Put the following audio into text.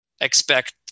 expect